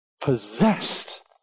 possessed